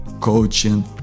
Coaching